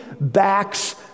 backs